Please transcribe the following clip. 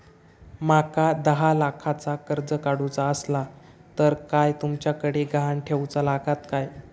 माका दहा लाखाचा कर्ज काढूचा असला तर काय तुमच्याकडे ग्हाण ठेवूचा लागात काय?